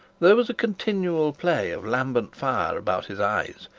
there was a continual play of lambent fire about his eyes,